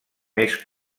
més